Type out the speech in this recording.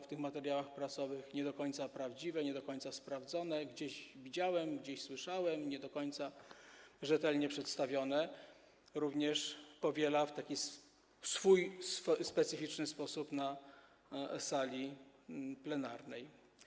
w tych materiałach prasowych, nie do końca prawdziwe, nie do końca sprawdzone: gdzieś widziałem, gdzieś słyszałem, nie do końca rzetelnie przedstawione, również powiela to w taki swój specyficzny sposób na sali plenarnej.